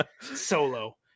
Solo